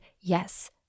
yes